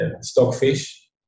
Stockfish